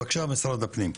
בבקשה, משרד הפנים.